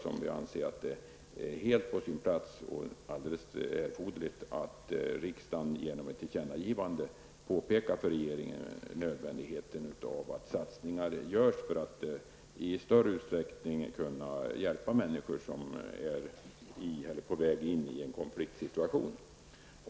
Jag anser att det är helt på sin plats -- ja, det är verkligen erforderligt -- att riksdagen genom ett tillkännagivande till regeringen pekar på att det är nödvändigt att göra satsningar för att i större utsträckning hjälpa människor som befinner sig i eller som är på väg in i en konfliktsituation.